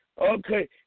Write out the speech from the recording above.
okay